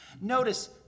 Notice